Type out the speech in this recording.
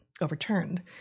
overturned